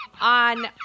On